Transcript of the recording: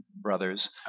brothers